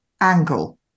angle